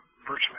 virtually